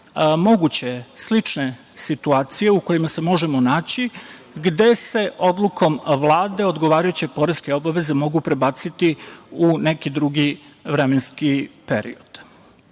moguće slične situacije u kojima se možemo naći, gde se odlukom Vlade odgovarajuće poreske obaveze mogu prebaciti u neki drugi vremenski period.